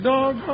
Dog